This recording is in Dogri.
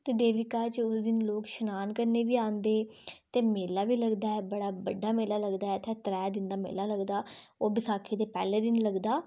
ते देविका च लोक शनान करने बी ओंदे ते मेला बी लगदा बड़ा बड्डा मेला लगदा इत्थें त्रैऽ दिन दा मेला लगदा ओह् बैसाखी दे पैह्ले दिन लगदा